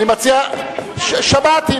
שמעתי.